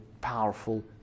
powerful